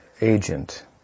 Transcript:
agent